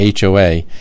HOA